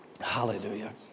Hallelujah